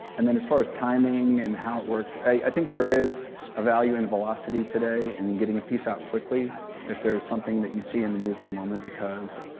and then as far as timing and how it works i think there is a value in velocity today and in getting a piece out quickly if there is something that you see in the news, in the moment. because